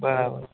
બરાબર